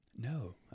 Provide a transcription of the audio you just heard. No